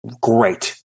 great